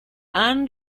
han